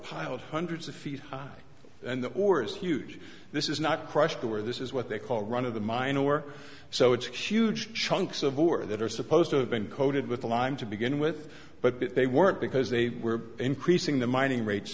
piled hundreds of feet high and or is huge this is not crushed or this is what they call run of the mine or so it's huge chunks of war that are supposed to have been coated with a lime to begin with but they weren't because they were increasing the mining rate